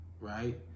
right